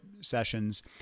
sessions